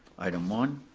item one.